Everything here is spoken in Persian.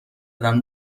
زدم